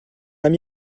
ami